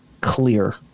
clear